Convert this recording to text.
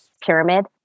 pyramid